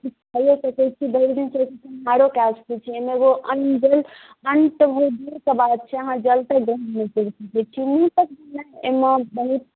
अहाँ खाइयो सकै छी भरि दिन सहि के फलाहारो कए सकै छी एहि मे एगो अन्न जल अन्न तऽ बहुत दूर के बात छै अहाँ जल तक ग्रहण नहि करि सकै छी एहिमे बहुत